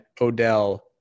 Odell